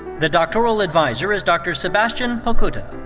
the doctoral adviser is dr. sebastian pokutta.